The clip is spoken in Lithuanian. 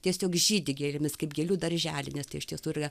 tiesiog žydi gėlėmis kaip gėlių darželiai nes tai iš tiesų ir yra